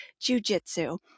jujitsu